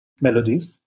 melodies